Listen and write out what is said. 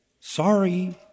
Sorry